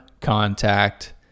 contact